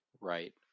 right